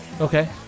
Okay